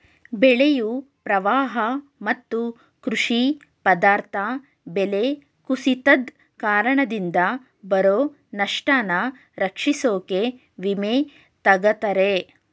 ಬೆಳೆಯು ಪ್ರವಾಹ ಮತ್ತು ಕೃಷಿ ಪದಾರ್ಥ ಬೆಲೆ ಕುಸಿತದ್ ಕಾರಣದಿಂದ ಬರೊ ನಷ್ಟನ ರಕ್ಷಿಸೋಕೆ ವಿಮೆ ತಗತರೆ